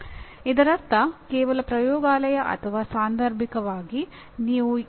ತಾಂತ್ರಿಕ ಅರ್ಥದಲ್ಲಿ ಶಿಕ್ಷಣವು ಒಂದು ಸಮಾಜವು ಉದ್ದೇಶಪೂರ್ವಕವಾಗಿ ತನ್ನ "ಸಾಂಸ್ಕೃತಿಕ ಪರಂಪರೆಯನ್ನು" ರವಾನಿಸುವ ಪ್ರಕ್ರಿಯೆಯಾಗಿದೆ